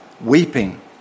weeping